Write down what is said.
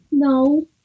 No